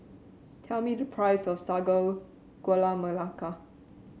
tell me the price of Sago Gula Melaka